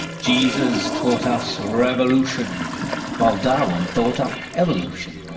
jesus taught us revolution while darwin thought up evolution.